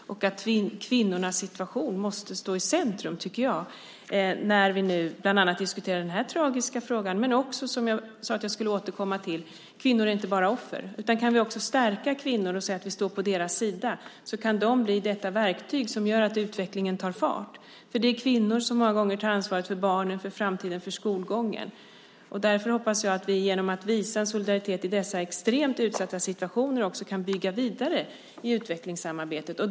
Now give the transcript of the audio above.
Kvinnornas situation måste stå i centrum, tycker jag, när vi nu bland annat diskuterar den här tragiska frågan. Men det gäller också, som jag sade att jag skulle återkomma till, att kvinnor inte bara är offer. Kan vi också stärka kvinnor och säga att vi står på deras sida kan de bli detta verktyg som gör att utvecklingen tar fart. Det är kvinnor som många gånger tar ansvaret för barnen, för framtiden och för skolgången. Därför hoppas jag att vi genom att visa solidaritet i dessa extremt utsatta situationer också kan bygga vidare i utvecklingssamarbetet.